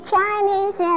Chinese